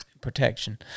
protection